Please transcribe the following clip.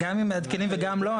גם אם מעדכנים וגם לא,